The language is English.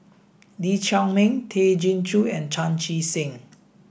Lee Chiaw Meng Tay Chin Joo and Chan Chee Seng